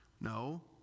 No